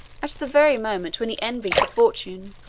at the very moment when he envied the fortune,